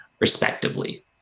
respectively